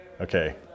okay